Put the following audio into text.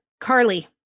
Carly